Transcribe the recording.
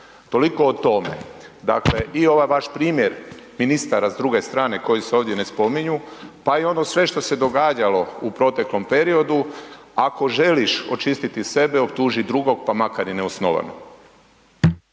Toliko o tome. Dakle, i ovaj vaš primjer ministara s druge strane koji se ovdje ne spominju pa i ono sve što se događalo u proteklom periodu, ako želiš očistiti sebe, optuži drugog pa makar i neosnovano.